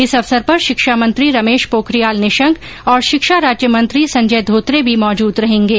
इस अवसर पर शिक्षा मंत्री रमेश पोखरियाल निशंक और शिक्षा राज्यमंत्री संजय धोत्रे भी मौजूद रहेंगे